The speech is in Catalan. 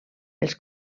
els